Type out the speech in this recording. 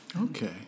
Okay